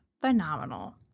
phenomenal